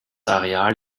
areal